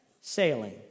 Sailing